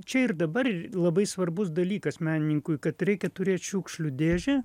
čia ir dabar labai svarbus dalykas menininkui kad reikia turėt šiukšlių dėžę